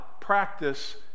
practice